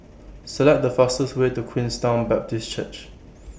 Select The fastest Way to Queenstown Baptist Church